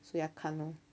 so 要看哦